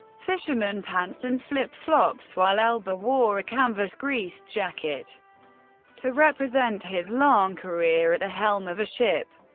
fisherman pants, and flip-flops, while elba wore a canvas-greased jacket to represent his long career at the helm of a ship.